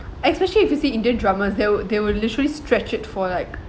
especially if you see indian dramas they would they will literally stretch it for like